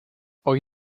hoy